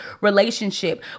relationship